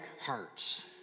hearts